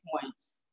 points